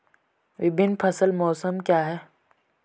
विभिन्न फसल मौसम क्या हैं?